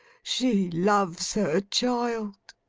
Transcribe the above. she loves her child